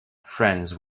friends